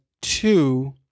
two